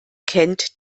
kennt